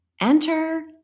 Enter